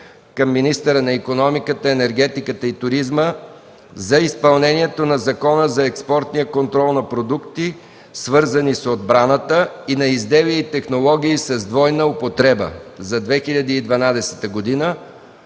към министъра на икономиката, енергетиката и туризма за изпълнението на Закона за експортния контрол на продукти, свързани с отбраната, и на изделия и технологии с двойна употреба за 2012 г.,